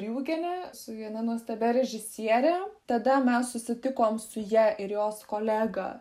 riugene su viena nuostabia režisiere tada mes susitikom su ja ir jos kolega